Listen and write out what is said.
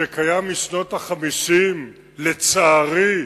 שקיים משנות ה-50, לצערי,